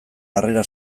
harrera